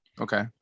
Okay